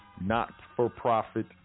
not-for-profit